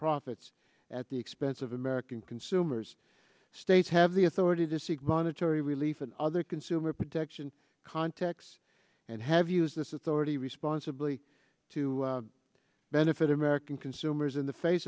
profits at the expense of american consumers states have the authority to seek monetary relief and other consumer protection contexts and have used this is the already responsibly to benefit american consumers in the face